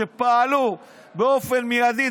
שפעלו באופן מיידי.